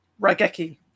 Rageki